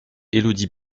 élodie